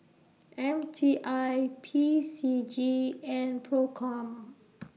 M T I P C G and PROCOM